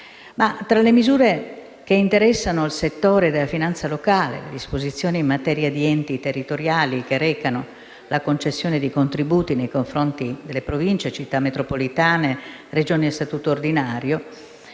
Tra le misure che interessano il settore della finanza locale, abbiamo le disposizioni in materia di enti territoriali che recano la concessione di contributi nei confronti di Province, Città Metropolitane e Regioni a Statuto ordinario.